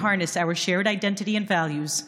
בזמן הזה אנו נדרשים לרתום את הזהות והערכים המשותפים שלנו,